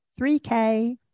3K